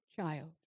child